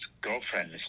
girlfriend